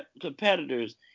competitors